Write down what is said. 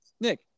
Nick